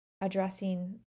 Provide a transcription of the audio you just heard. addressing